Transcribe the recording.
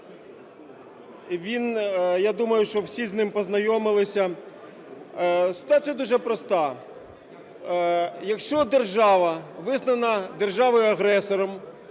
я думаю, що всі з ним познайомилися. Ситуація дуже проста. Якщо держава визнана державою-агресором,